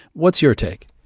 what's your take?